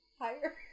Higher